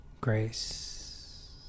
Grace